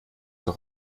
doch